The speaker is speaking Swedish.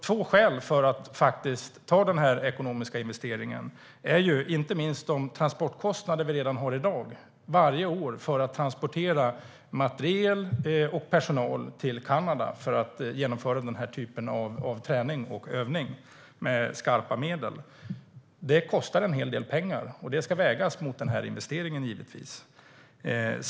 Två skäl för att göra den ekonomiska investeringen är inte minst de transportkostnader vi redan i dag har varje år för att transportera materiel och personal till Kanada för att genomföra den här typen av träning och övning med skarpa medel. Det kostar en hel del pengar, och det ska givetvis vägas mot den här investeringen.